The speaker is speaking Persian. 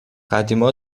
قدیما